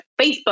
Facebook